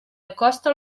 acosta